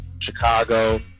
Chicago